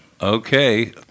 Okay